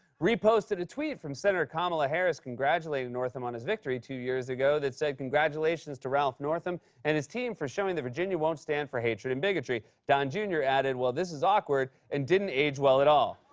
reposted a tweet from senator kamala harris, congratulating northam on his victory two years ago that said, congratulations to ralph northam and his team for showing that virginia won't stand for hatred and bigotry. don jr. added, well, this is awkward and didn't age well at all.